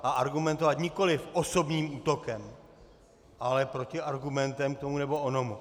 A argumentovat nikoliv osobním útokem, ale protiargumentem k tomu nebo onomu.